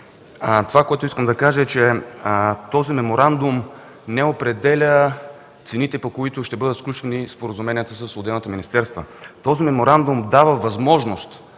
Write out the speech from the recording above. Това, което искам да кажа, е, че този меморандум не определя цените, по които ще бъдат сключени споразуменията с отделните министерства. Меморандумът дава възможност